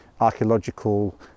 archaeological